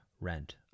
rent